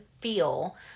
feel